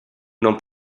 non